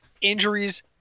injuries